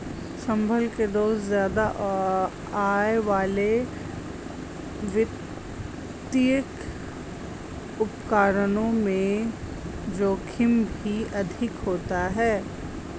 संभल के दोस्त ज्यादा आय वाले वित्तीय उपकरणों में जोखिम भी अधिक होता है